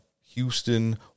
Houston